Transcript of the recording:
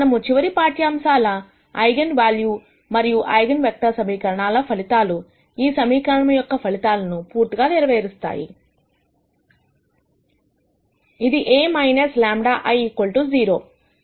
మనము చివరి పాఠ్యాంశంల ఐగన్ వాల్యూ మరియు ఐగన్ వెక్టర్ సమీకరణ ఫలితాలు ఈ సమీకరణము యొక్క ఫలితాలను పూర్తిగా నెరవేరుస్తాయి ఇది A λ I 0